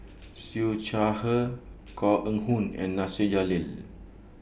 Siew Shaw Her Koh Eng Hoon and Nasir Jalil